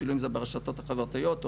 אפילו ברשתות חברתיות,